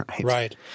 Right